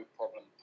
problem